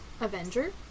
Avenger